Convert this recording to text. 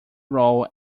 role